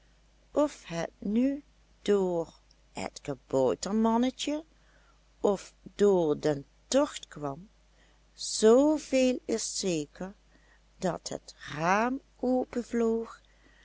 of het nu door het kaboutermannetje of door den tocht kwam zooveel is zeker dat het raam